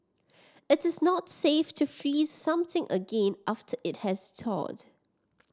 it is not safe to freeze something again after it has thawed